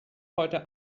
heute